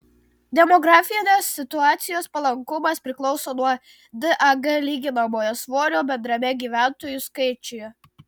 demografinės situacijos palankumas priklauso nuo dag lyginamojo svorio bendrame gyventojų skaičiuje